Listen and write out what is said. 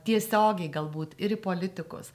tiesiogiai galbūt ir į politikus